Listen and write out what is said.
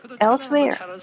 elsewhere